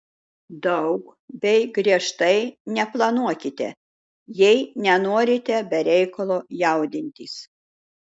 daug bei griežtai neplanuokite jei nenorite be reikalo jaudintis